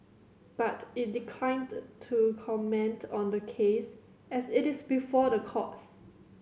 but it declined to comment on the case as it is before the courts